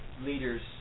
leaders